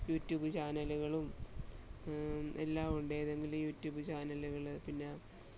YouTube ചാനലുകളും എല്ലാം ഉണ്ട് ഏതെങ്കിലും യൂട്യൂബ് ചാനലുകൾ പിന്നെ